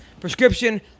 Prescription